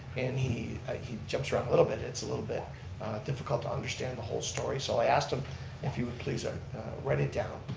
and he ah he jumps around a little bit, it's a little bit difficult to understand the whole story, so i asked him if he would please write it down,